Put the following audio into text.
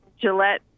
Gillette